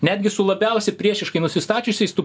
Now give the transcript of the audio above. netgi su labiausiai priešiškai nusistačiusiais tu